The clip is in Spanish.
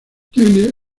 tiene